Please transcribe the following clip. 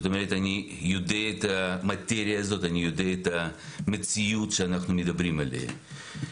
זאת אומרת אני יודע את המציאות שאנחנו מדברים עליה.